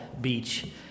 Beach